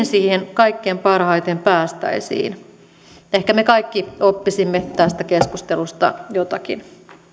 siihen kaikkein parhaiten päästäisiin ehkä me kaikki oppisimme tästä keskustelusta jotakin